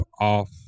off